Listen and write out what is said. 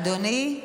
אדוני,